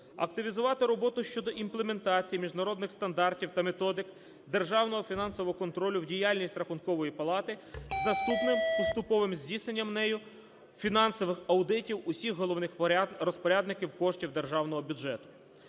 Активізувати роботу щодо імплементації міжнародних стандартів та методик державного фінансового контролю в діяльність Рахункової палати з наступним поступовим здійсненням нею фінансових аудитів усіх головних розпорядників коштів державного бюджету.